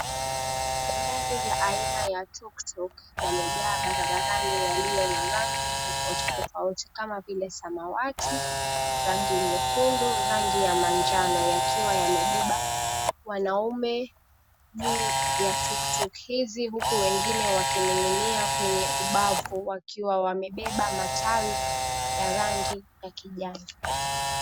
Magari la aina ya tuktuk yamejaa barabarani yaliyo na rangi tofauti tofauti kama vile samawati rangi nyekundu rangi ya manjano yakiwa yamebeba wanaume juu ya tuktuk hizi huku wengine wakining'ia kwenye ubavu wakiwa wamebeba matawi ya rangi ya kijani.